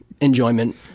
enjoyment